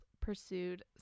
pursued